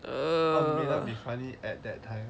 um may not be funny at that time